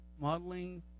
modeling